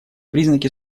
признаки